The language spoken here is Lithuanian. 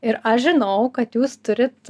ir aš žinau kad jūs turit